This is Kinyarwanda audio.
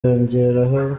yongeraho